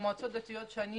במועצות הדתיות שאני